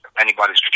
anybody's